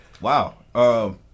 wow